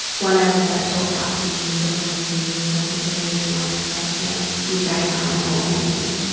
one of the adult adoptees was on the stage and they made the remark that, you know, you guys are my homeland.